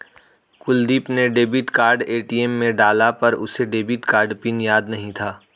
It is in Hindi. कुलदीप ने डेबिट कार्ड ए.टी.एम में डाला पर उसे डेबिट कार्ड पिन याद नहीं था